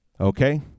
Okay